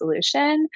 solution